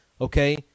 okay